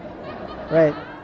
Right